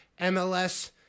MLS